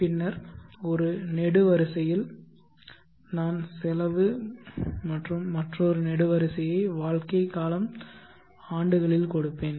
பின்னர் ஒரு நெடுவரிசையில் நான் செலவு மற்றும் மற்றொரு நெடுவரிசையை வாழ்க்கை காலம் ஆண்டுகளில் கொடுப்பேன்